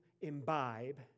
imbibe